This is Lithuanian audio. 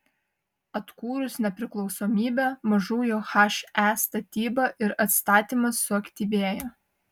atkūrus nepriklausomybę mažųjų he statyba ir atstatymas suaktyvėjo